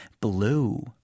Blue